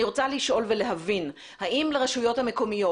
אני רוצה לשאול ולהבין: האם לרשויות המקומיות